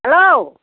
hello